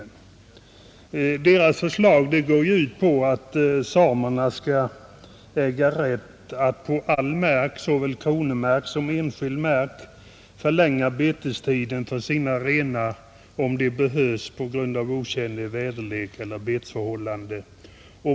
Deras förslag går ut på att samerna skall äga rätt att på all mark, såväl kronomark som enskild mark, förlänga betestiden för sina renar om det behövs på grund av otjänlig väderlek eller betesförhållanden.